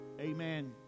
amen